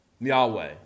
Yahweh